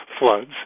floods